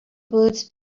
birds